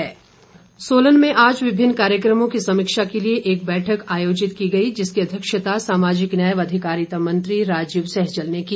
सैजल सोलन में आज विभिन्न कार्यक्रमों की समीक्षा के लिए एक बैठक आयोजित की गई जिसकी अध्यक्षता सामाजिक न्याय व अधिकारिता मंत्री राजीव सैजल ने की